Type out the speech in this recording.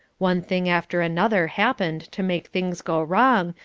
one thing after another happened to make things go wrong,